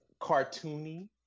cartoony